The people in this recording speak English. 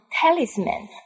talisman